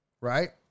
right